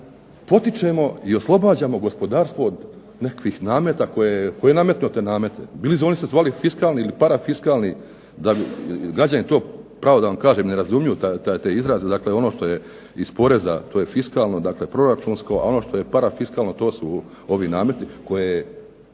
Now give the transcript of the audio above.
eto potičemo i oslobađamo gospodarstvo od nekakvih nameta, tko je nametnuo te namete, bili oni se zvali fiskalni ili parafiskalni da bi građani to pravo da kažem ne razumiju te izraze, dakle ono što je iz poreza, to je fiskalno dakle proračunsko, a ono što je parafiskalno, to su ovi nameti koje